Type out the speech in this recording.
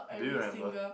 do you remember